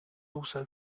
also